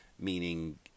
meaning